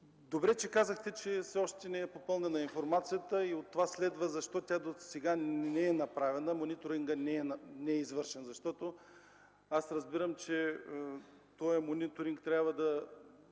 Добре че казахте, че все още не е попълнена информацията и от това следва защо досега тя не е направена, мониторингът не е извършен! Разбирам, че този мониторинг трябва да